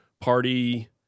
party